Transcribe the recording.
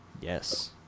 Yes